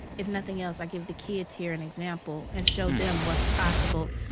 if nothing else, i give the kids here an example and show them what's possible.